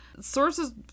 sources